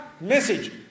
message